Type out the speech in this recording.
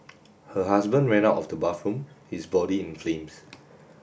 her husband ran out of the bathroom his body in flames